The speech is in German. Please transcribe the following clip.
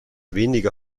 weniger